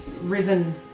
risen